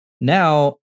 now